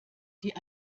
die